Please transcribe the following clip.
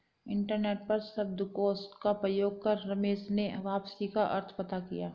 internet पर शब्दकोश का प्रयोग कर रमेश ने वापसी का अर्थ पता किया